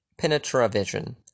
Penetra-vision